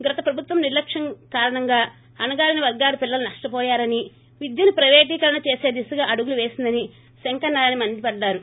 గత ప్రభుత్వం నిర్లక్కం వల్ల అణగారిన వర్గాల పిల్లలు నష్టవోయారని విద్యను పైవేటీకరణ చేసే దిశగా అడుగులు వేసిందని సంకర నారాయణ మండిపడ్డారు